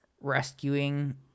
rescuing